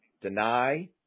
Deny